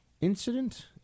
incident